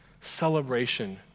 Celebration